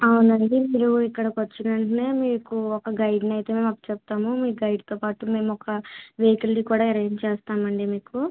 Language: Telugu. అవును అండి మీరు ఇక్కడికి వచ్చిన వెంటనే మీకు ఒక గైడ్ని అయితే మేము అప్పచెప్తాము గైడ్తో పాటు మేము ఒక వెహికల్ కూడా అరేంజ్ చేస్తాం అండి మీకు